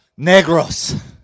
Negros